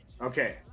Okay